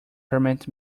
permanent